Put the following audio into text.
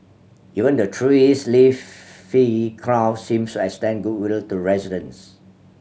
even the tree's leafy crown seems extend goodwill to residents